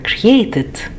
created